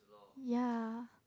ya